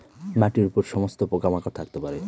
মাটির উপর সমস্ত পোকা মাকড় থাকতে পারে